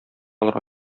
алырга